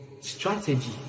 strategy